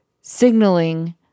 signaling